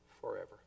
forever